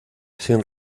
sin